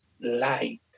light